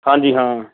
ਹਾਂਜੀ ਹਾਂ